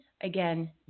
again